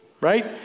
right